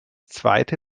zweite